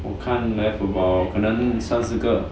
我看 left about 可能三十个